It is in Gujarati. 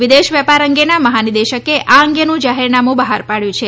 વિદેશ વેપાર અંગેના મહાનિદેશકે આ અંગેનું જાહેરનામું બહાર પાડ્યું છે